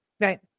right